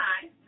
Hi